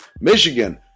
michigan